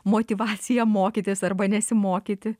motyvacija mokytis arba nesimokyti